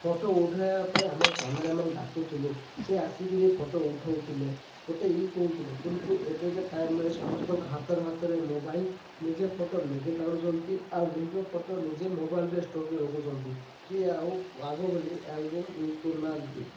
photo ଉଠାଇବା ପାଇଁ ଆମେ କ୍ୟାମେରାମ୍ୟାନ୍ ଡାକୁଥିଲୁ ସେ ଆସିକରି ଫଟୋ ଉଠାଉଥିଲେ ଗୋଟେ ଇ କହୁଥିଲେ କିନ୍ତୁ ଏବେକା ଟାଇମ୍ରେ ସମସ୍ତଙ୍କ ହାତର ହାତରେ ମୋବାଇଲ୍ ନିଜେ ଫଟୋ ନିଜେ କାଡ଼ୁଛନ୍ତି ଆଉ ନିଜ ଫଟୋ ନିଜେ ମୋବାଇଲ୍ରେ ଷ୍ଟୋର୍ କରି ରଖୁଛନ୍ତି କି ଆଉ ଆଗ ଭଳି ଆଲ୍ବମ୍ ୟୁଜ୍ କରୁନାହାନ୍ତି